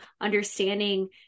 understanding